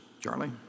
Charlie